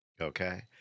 okay